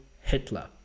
Hitler